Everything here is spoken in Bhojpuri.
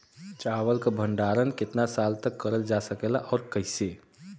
चावल क भण्डारण कितना साल तक करल जा सकेला और कइसे?